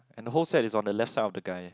and the whole set is on the left side of the guy